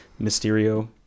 Mysterio